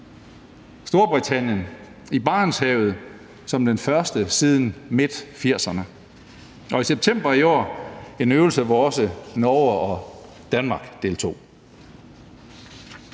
Storbritannien i Barentshavet som den første siden midt-80'erne – og i september i år så vi en øvelse, hvor også Norge og Danmark deltog.